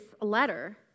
letter